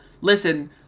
Listen